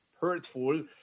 hurtful